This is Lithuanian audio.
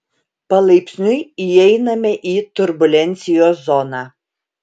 palaipsniui įeiname į turbulencijos zoną